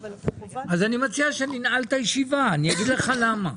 אני מציע שננעל את הישיבה ואני אגיד לך למה.